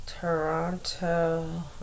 Toronto